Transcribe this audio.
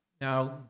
Now